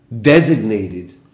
designated